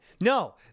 No